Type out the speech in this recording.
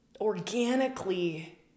organically